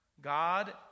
God